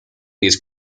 these